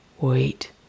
Wait